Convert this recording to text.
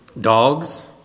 dogs